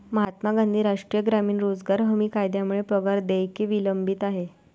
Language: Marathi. महात्मा गांधी राष्ट्रीय ग्रामीण रोजगार हमी कायद्यामुळे पगार देयके विलंबित आहेत